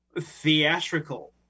theatrical